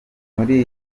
muri